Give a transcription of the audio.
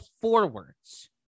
forwards